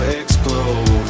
explode